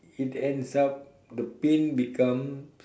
it ends up the pain become